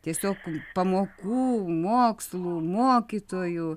tiesiog pamokų mokslų mokytojų